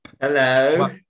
Hello